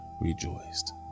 rejoiced